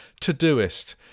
Todoist